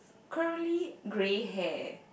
curly grey hair